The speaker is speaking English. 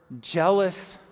jealous